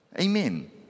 Amen